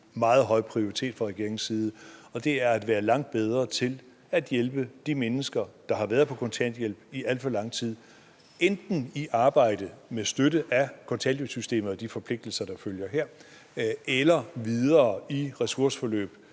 meget høj prioritet fra regeringens side, og det er at være langt bedre til at hjælpe de mennesker, der har været på kontanthjælp i alt for lang tid, enten i arbejde med støtte af kontanthjælpssystemet og de forpligtelser, der følger her, eller videre i ressourceforløb,